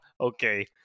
okay